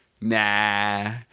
nah